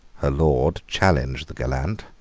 her lord challenged the gallant,